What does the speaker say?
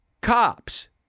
cops